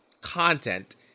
content